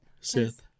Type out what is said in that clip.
Sith